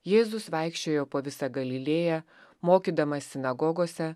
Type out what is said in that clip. jėzus vaikščiojo po visą galilėją mokydamas sinagogose